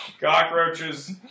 cockroaches